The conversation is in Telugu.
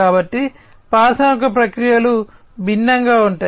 కాబట్టి పారిశ్రామిక ప్రక్రియలు భిన్నంగా ఉంటాయి